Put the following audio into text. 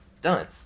done